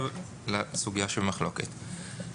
אני עובר לסוגיה שבמחלוקת.